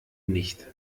nicht